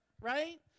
right